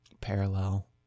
parallel